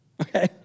Okay